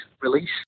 release